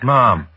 Mom